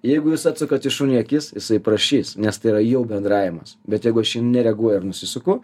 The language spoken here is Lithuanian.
jeigu jūs atsukat į šunį akis jisai prašys nes tai yra jau bendravimas bet jeigu aš į jį nereaguoju ir nusisuku